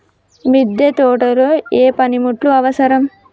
మిద్దె తోటలో ఏ పనిముట్లు అవసరం?